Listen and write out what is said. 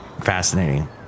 fascinating